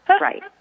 Right